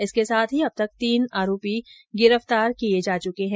इसके साथ ही अब तक तीन आरोपी गिरफ्तार किये जा चुके है